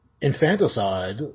infanticide